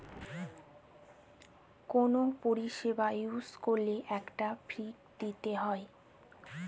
কোনো পরিষেবা ইউজ করলে একটা ফী দিতে হয়